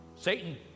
Satan